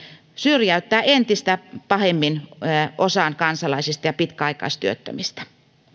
syrjäyttää entistä pahemmin osan kansalaisista ja pitkäaikaistyöttömistä